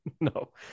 No